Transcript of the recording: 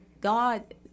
God